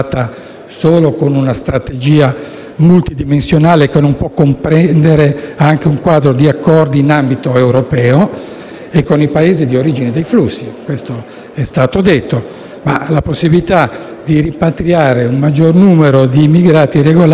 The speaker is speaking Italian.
solo con una strategia multidimensionale, che non può non comprendere anche un quadro di accordi in ambito europeo e con i Paesi di origine dei flussi, come è stato detto. La possibilità di rimpatriare un maggior numero di immigrati regolari,